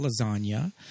Lasagna